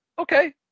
okay